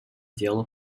дела